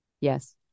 Yes